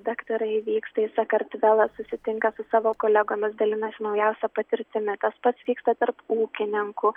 daktarai vyksta į sakartvelą susitinka su savo kolegomis dalinasi naujausia patirtimi tas pats vyksta tarp ūkininkų